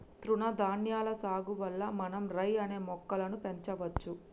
తృణధాన్యాల సాగు వల్ల మనం రై అనే మొక్కలను పెంచవచ్చు